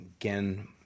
again